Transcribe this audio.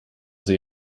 sie